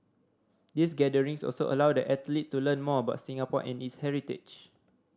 these gatherings also allow the athletes to learn more about Singapore and its heritage